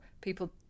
people